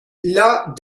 las